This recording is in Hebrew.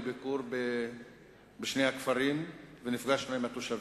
לביקור בשני הכפרים ונפגשנו עם התושבים.